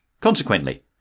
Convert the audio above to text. Consequently